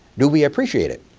do we appreciate it?